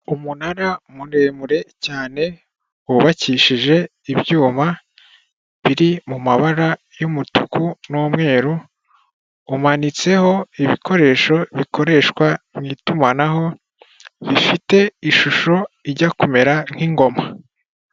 Umunara muremure cyane wubakishije ibyuma, biri mu mabara y'umutuku n'umweru, umanitseho ibikoresho bikoreshwa mu itumanaho, bifite ishusho ijya kumera nk'ingoma.